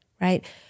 right